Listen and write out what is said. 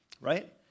Right